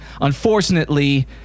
Unfortunately